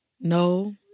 No